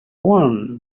one